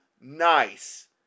nice